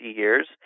years